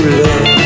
love